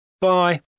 Bye